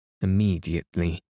immediately